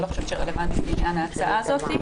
אני לא חושבת שהוא רלוונטי לעניין ההצעה הזאת.